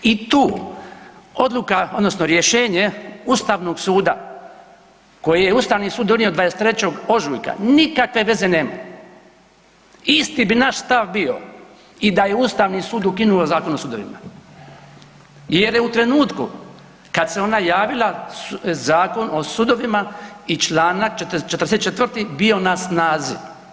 I tu odluka odnosno rješenje Ustavnog suda koje je Ustavni sud donio 23. ožujka, nikakve veze nema, isti bi naš stav bio i da je Ustavni sud ukinuo Zakon o sudovima jer je u trenutku kad se ona javila, Zakon o sudovima i čl. 44. bio na snazi.